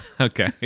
Okay